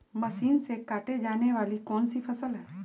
Machine से काटे जाने वाली कौन सी फसल है?